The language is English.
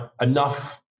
Enough